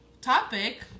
topic